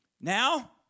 Now